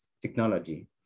Technology